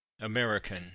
American